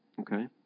Okay